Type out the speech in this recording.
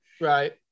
Right